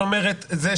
דבר